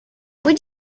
would